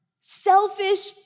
selfish